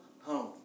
home